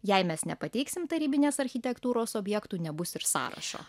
jei mes nepateiksim tarybinės architektūros objektų nebus ir sąrašo